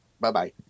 Bye-bye